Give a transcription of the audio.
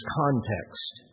context